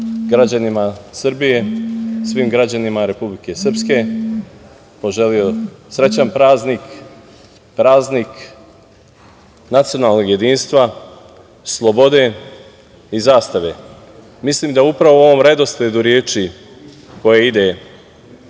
građanima Srbije, svim građanima Republike Srpske poželeo srećan praznik, praznik nacionalnog jedinstva, slobode i zastave. Mislim da upravo u ovom redosledu reči koji ide